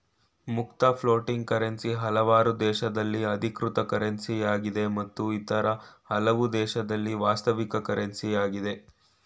ಮುಕ್ತ floating currency ಹಲವಾರು ದೇಶದಲ್ಲಿ ಅಧಿಕೃತ ಕರೆನ್ಸಿಯಾಗಿದೆ ಮತ್ತು ಇತರ ಹಲವು ದೇಶದಲ್ಲಿ ವಾಸ್ತವಿಕ ಕರೆನ್ಸಿ ಯಾಗಿದೆ